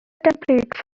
template